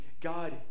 God